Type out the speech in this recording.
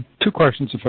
two questions, if i